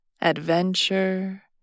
adventure